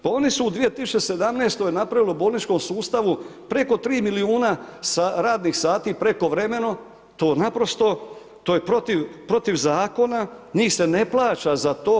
Pa oni su u 2017. napravili u bolničkom sustavu preko 3 milijuna radnih sati, prekovremeno, to naprosto, to je protiv zakona, njih se ne plaća za to.